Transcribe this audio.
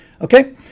Okay